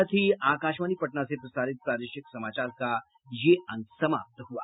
इसके साथ ही आकाशवाणी पटना से प्रसारित प्रादेशिक समाचार का ये अंक समाप्त हुआ